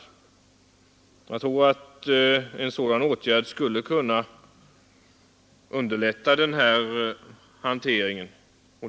Jag tror att en sådan åtgärd skulle kunna underlätta kontakterna.